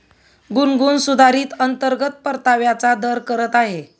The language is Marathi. गुनगुन सुधारित अंतर्गत परताव्याचा दर करत आहे